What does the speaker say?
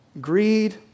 Greed